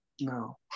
No